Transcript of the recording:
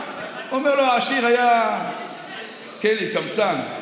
העשיר היה קמצן,